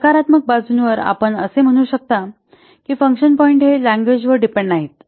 सकारात्मक बाजूवर आपण असे म्हणू शकता की फंक्शन पॉईंट हे लँग्वेज वर डिपेंड नाहीत